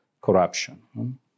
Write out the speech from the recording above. corruption